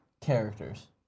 characters